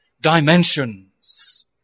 dimensions